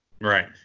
Right